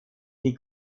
die